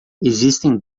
existem